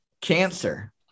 Cancer